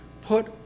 put